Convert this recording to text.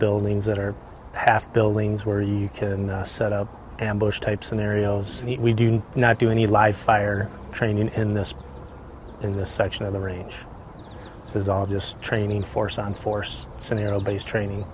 buildings that are half buildings where you can set up ambush type scenarios we do not do any live fire training in this in this section of the range this is all just training force on force scenario based training